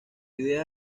idea